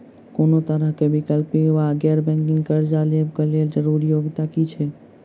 कोनो तरह कऽ वैकल्पिक वा गैर बैंकिंग कर्जा लेबऽ कऽ लेल जरूरी योग्यता की छई?